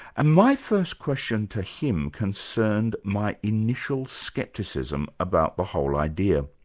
and my first question to him concerned my initial scepticism about the whole idea.